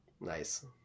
Nice